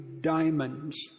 diamonds